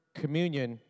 communion